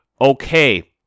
okay